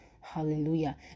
Hallelujah